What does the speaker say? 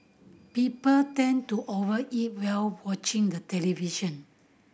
people tend to over eat while watching the television